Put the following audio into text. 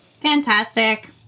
Fantastic